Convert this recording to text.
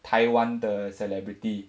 台湾的 celebrity